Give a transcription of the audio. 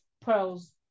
Pearls